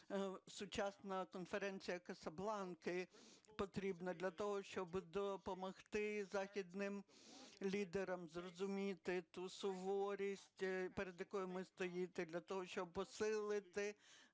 сучасна конференція Касабланки потрібна для того, щоби допомогти західним лідерам зрозуміти ту суворість, перед якою ми стоїмо, для того щоб посилити